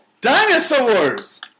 Dinosaurs